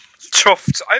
Chuffed